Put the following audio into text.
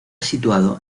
situado